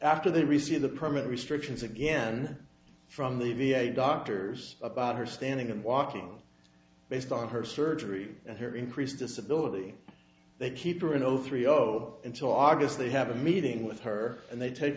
after they receive the permit restrictions again from the v a doctors about her standing and walking based on her surgery and her increased disability they keep her in zero three zero until august they have a meeting with her and they take